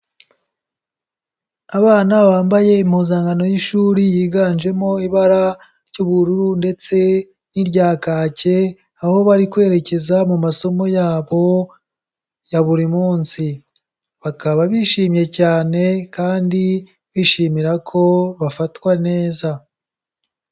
Abana bambaye impuzankano y'ishuri yiganjemo ibara ry'ubururu ndetse n'irya kake, aho bari kwerekeza mu masomo yabo ya buri munsi. Bakaba bishimye cyane kandi bishimira ko bafatwa neza.